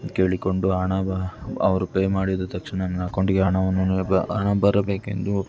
ಕೇಳಿಕೊಂಡು ಹಣವ ಅವರು ಪೇ ಮಾಡಿದ ತಕ್ಷಣ ನನ್ನ ಅಕೌಂಟಿಗೆ ಹಣವನ್ನು ಹಣ ಬರಬೇಕೆಂದು